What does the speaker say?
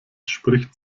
spricht